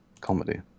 comedy